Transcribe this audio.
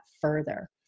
further